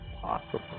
possible